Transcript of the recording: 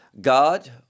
God